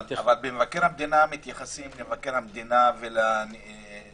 אבל במבקר המדינה מתייחסים למבקר המדינה ולנציבות